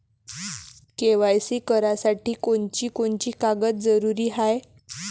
KYC करासाठी कोनची कोनची कागद जरुरी हाय?